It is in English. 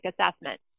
assessment